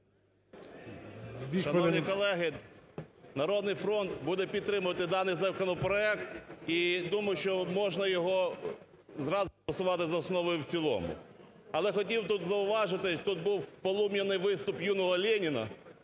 Шановні колеги, "Народний фронт" буде підтримувати даний законопроект. І думаю, що можна його зразу голосувати за основу і в цілому. Але хотів тут зауважити, тут був полум'яний виступ "юного Леніна",